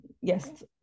yes